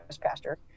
pastor